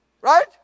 Right